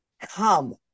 come